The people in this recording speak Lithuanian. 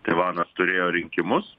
taivanas turėjo rinkimus